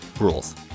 rules